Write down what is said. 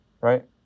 right